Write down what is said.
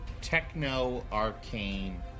techno-arcane